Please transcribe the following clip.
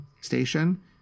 Station